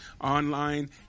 online